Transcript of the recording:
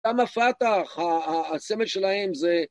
גם הפתח, הסמל שלהם זה...